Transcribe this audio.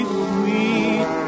sweet